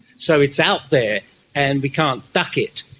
so it's out there and we can't duck it.